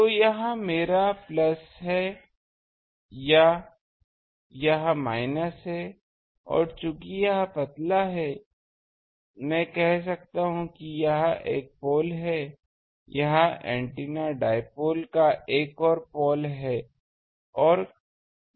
तो यह मेरा प्लस है यह माइनस है और चूंकि यह पतला है मैं कह सकता हूं कि यह एक पोल है यह एंटीना डाइपोल का एक और पोल है